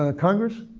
ah congress,